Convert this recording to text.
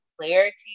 clarity